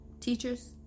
teachers